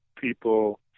people